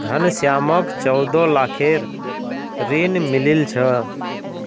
घनश्यामक चौदह लाखेर ऋण मिलील छ